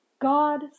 God